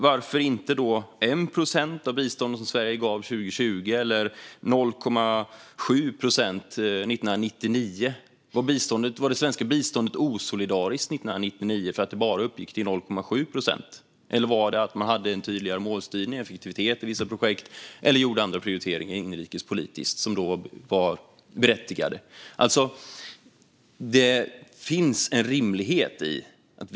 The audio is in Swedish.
Varför inte 1 procent av biståndet som Sverige gav 2020 eller 0,7 procent som Sverige gav 1999? Var det svenska biståndet osolidariskt 1999 för att det bara uppgick till 0,7 procent? Eller kunde det ligga på den nivån för att man hade en tydligare målstyrning och effektivitet i vissa projekt eller gjorde andra prioriteringar inrikespolitiskt som då var berättigade? Det finns en rimlighet i detta.